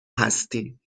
هستین